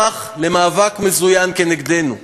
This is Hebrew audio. זה הפך למאבק מזוין כנגדנו.